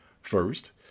first